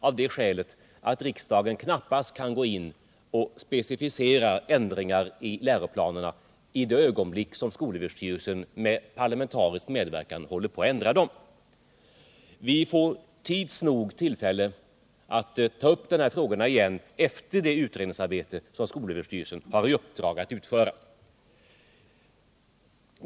Skälet därtill är att riksdagen knappast kan gå in och specificera ändringar i läroplanerna i det ögonblick då skolöverstyrelsen med parlamentarisk medverkan håller på att ändra dem. Vi får tids nog tillfälle att ta upp dessa frågor igen efter det utredningsarbete som SÖ har i uppdrag att utföra.